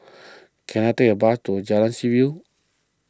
can I take a bus to Jalan Seaview